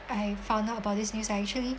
I found out about this news actually